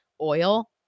oil